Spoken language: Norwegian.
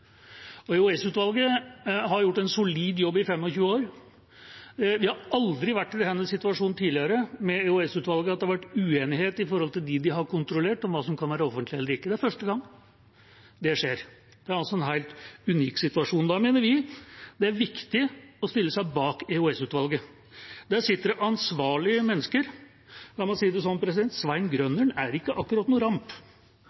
har gjort en solid jobb i 25 år. Vi har aldri vært i denne situasjonen med EOS-utvalget tidligere, at det har vært uenighet med dem de har kontrollert, om hva som kan være offentlig eller ikke. Det er første gang det skjer. Det er altså en helt unik situasjon. Da mener vi det er viktig å stille seg bak EOS-utvalget. Der sitter det ansvarlige mennesker. La meg si det sånn: Svein